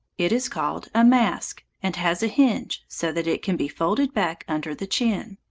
it is called a mask, and has a hinge, so that it can be folded back under the chin.